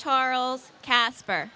charles casper